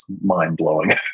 mind-blowing